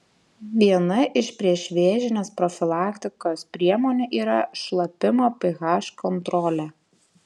viena iš priešvėžinės profilaktikos priemonių yra šlapimo ph kontrolė